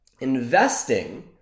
Investing